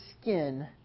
skin